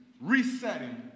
resetting